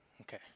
Okay